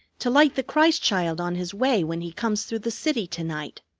to light the christ child on his way when he comes through the city to-night.